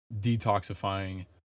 detoxifying